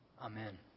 Amen